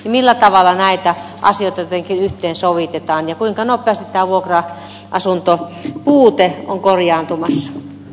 millä tavalla näitä asioita jotenkin yhteen sovitetaan ja kuinka nopeasti tämä vuokra asuntopuute on korjaantumassa